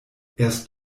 erst